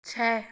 छह